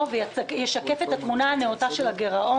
וישקף את התמונה הנאותה של הגירעון,